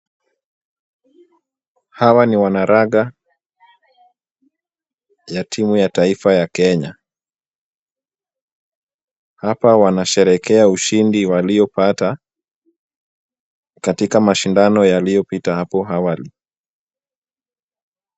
Hawa ni wanaraga ya timu ya taifa ya Kenya. Hapa wanasherehekea ushindi waliopata katika mashindano yaliyopita hapo awali.